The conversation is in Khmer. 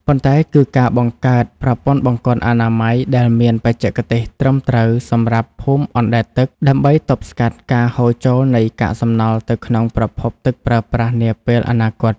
ប៉ុន្តែគឺការបង្កើតប្រព័ន្ធបង្គន់អនាម័យដែលមានបច្ចេកទេសត្រឹមត្រូវសម្រាប់ភូមិអណ្តែតទឹក ដើម្បីទប់ស្កាត់ការហូរចូលនៃកាកសំណល់ទៅក្នុងប្រភពទឹកប្រើប្រាស់នាពេលអនាគត។